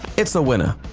it's a winner.